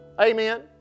Amen